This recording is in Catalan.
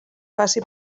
faci